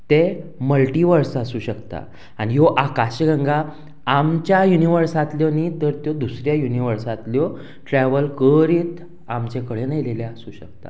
ते मल्टीवर्स आसूं शकता आनी ह्यो आकाशगंगा आमच्या युनिवर्सांतल्यो न्ही तर त्यो दुसऱ्या युनिवर्सांतल्यो ट्रेवल करीत आमचे कडेन येयले आसूं शकता